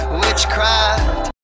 witchcraft